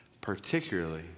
particularly